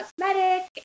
cosmetic